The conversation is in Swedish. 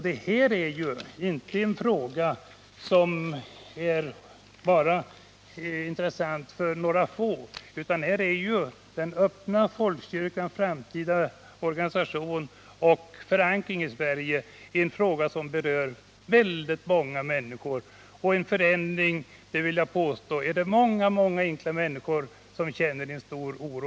Detta är ju inte heller en fråga som är intressant för bara några få människor, utan frågan gäller den öppna folkkyrkans hela framtida organisation och förankring i Sverige. Det är således en fråga som berör många människor, och inför en så stor förändring känner givetvis många människor stor oro.